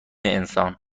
انسان